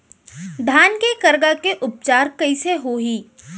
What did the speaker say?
धान के करगा के उपचार कइसे होही?